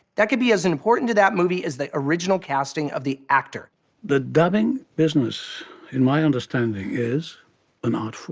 that can be as important to that movie as the original casting of the actor the dubbing business in my understanding is an art form,